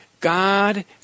God